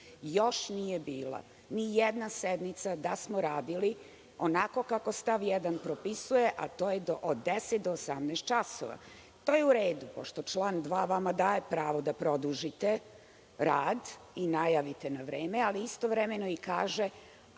Još nije bila ni jedna sednica da smo radili onako kako stav 1. propisuje, a to je od 10.00 do 18.00 časova. To je u redu, pošto član 2. vama daje pravo da produžite rad i najavite na vreme, ali istovremeno i kaže